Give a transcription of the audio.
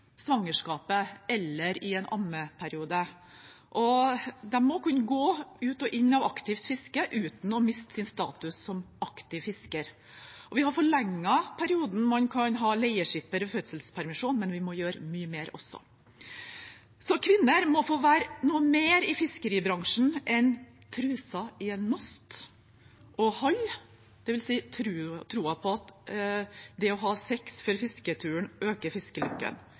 en ammeperiode, og de må kunne gå ut og inn av aktivt fiske uten å miste sin status som aktiv fisker. Vi har forlenget perioden man kan ha leieskipper ved fødselspermisjon, men vi må også gjøre mye mer. Kvinner må få være noe mer i fiskeribransjen enn truser i en mast og «haill», dvs. troen på at det å ha sex før fisketuren øker fiskelykken.